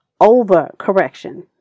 over-correction